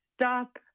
stop